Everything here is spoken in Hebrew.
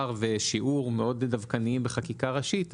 ושיעור מאוד דווקניים בחקיקה ראשית,